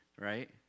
right